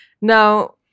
Now